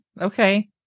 Okay